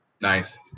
nice